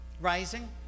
rising